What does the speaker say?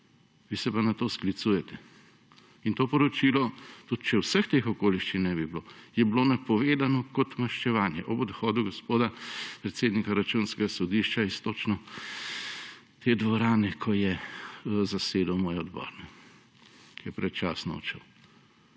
vi se pa na to sklicujete. In to poročilo, tudi če vseh teh okoliščin ne bi bilo, je bilo napovedano kot maščevanje ob odhodu gospoda predsednika Računskega sodišča iz točno te dvorane, ko je zasedal moj odbor, ko je predčasno odšel.